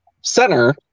center